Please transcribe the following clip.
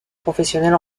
professionnel